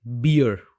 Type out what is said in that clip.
beer